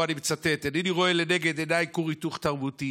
אני מצטט: אינני רואה לנגד עיניי כור היתוך תרבותי.